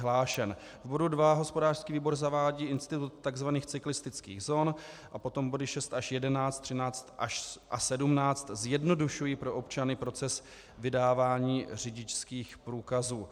V bodu 2 hospodářský výbor zavádí institut takzvaných cyklistických zón a potom body 6 až 11, 13 a 17 zjednodušují pro občany proces vydávání řidičských průkazů.